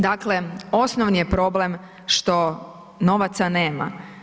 Dakle, osnovni je problem što novaca nema.